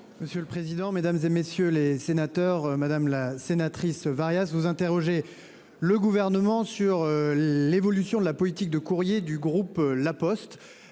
Monsieur le président, Mesdames, et messieurs les sénateurs, madame la sénatrice Vargas vous interroger le gouvernement sur l'évolution de la politique de courrier du groupe La Poste